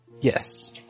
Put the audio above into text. Yes